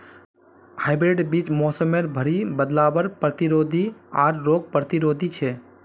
hybrid बीज मोसमेर भरी बदलावर प्रतिरोधी आर रोग प्रतिरोधी छे